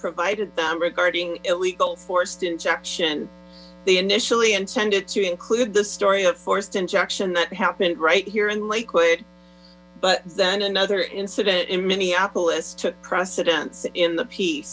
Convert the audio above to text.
provided them regarding illegal forced injections they initially intended to include the story forced injection that happened right here in lakewood but then another incident in minneapolis took precedence in the